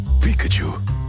Pikachu